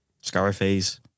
Scarface